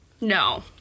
No